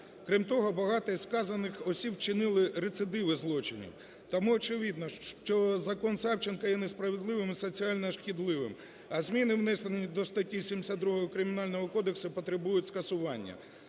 Крім того, багато із вказаних осіб вчинили рецидиви злочинів. Тому очевидно, що "закон Савченко" є несправедливим і соціально шкідливим, а зміни внесені до статті 72 Кримінального кодексу потребують скасування.